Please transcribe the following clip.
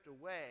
away